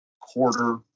quarter